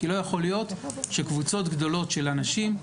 כי לא יכול להיות שקבוצות גדולות של אנשים,